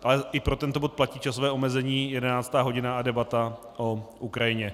Ale i pro tento bod platí časové omezení 11. hodina a debata o Ukrajině.